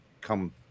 come